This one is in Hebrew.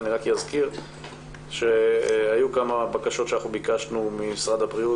אני רק אזכיר שהיו כמה בקשות שביקשנו ממשרד הבריאות